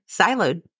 siloed